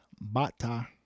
Bata